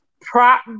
prop